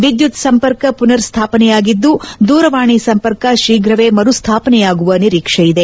ವಿದ್ಯುತ್ ಸಂಪರ್ಕ ಪುನರ್ ಸ್ವಾಪನೆಯಾಗಿದ್ದು ದೂರವಾಣಿ ಸಂಪರ್ಕ ಶೀಘವೇ ಮರು ಸ್ವಾಪನೆಯಾಗುವ ನಿರೀಕ್ಷೆ ಇದೆ